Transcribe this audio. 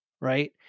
right